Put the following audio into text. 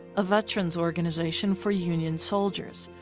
a veterans organization for union soldiers.